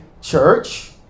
church